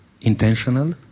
intentional